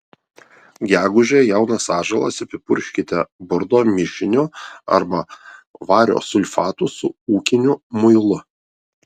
gegužę jaunas atžalas apipurkškite bordo mišiniu arba vario sulfatu su ūkiniu muilu